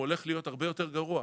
הוא הולך להיות הרבה יותר גרוע.